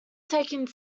taking